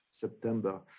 September